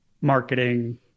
marketing